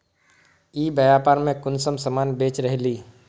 ई व्यापार में कुंसम सामान बेच रहली?